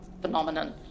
phenomenon